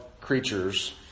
creatures